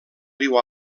riu